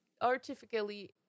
artificially